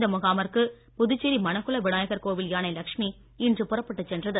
இந்த முகாமிற்கு புதுச்சேரி மணக்குள வினாயகர் கோவில் யானை லட்சுமி இன்று புறப்பட்டு சென்றது